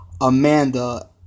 Amanda